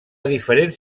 diferents